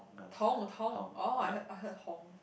Tong Tong oh I heard I heard Hong